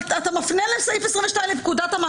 כתוב במפורש בחוק.